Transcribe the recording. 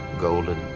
golden